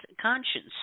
conscience